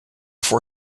for